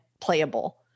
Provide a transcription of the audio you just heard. playable